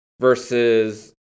versus